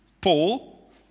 Paul